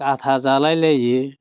गाथा जालायलायो